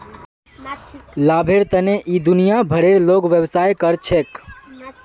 लाभेर तने इ दुनिया भरेर लोग व्यवसाय कर छेक